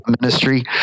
ministry